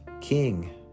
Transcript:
king